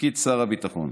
לתפקיד שר הביטחון.